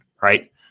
Right